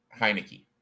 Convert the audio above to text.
Heineke